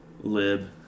lib